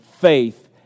faith